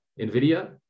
NVIDIA